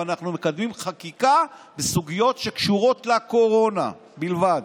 ואנחנו מקדמים חקיקה בסוגיות שקשורות לקורונה בלבד.